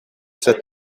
cette